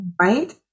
right